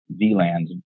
VLANs